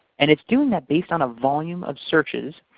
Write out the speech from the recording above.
and it's doing that based on a volume of searches.